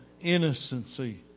innocency